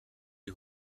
die